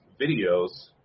videos